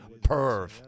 Perv